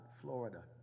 Florida